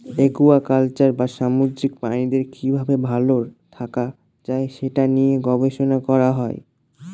aquaculture বা সামুদ্রিক প্রাণীদের কি ভাবে ভালো থাকা যায় সে নিয়ে গবেষণা করা হয়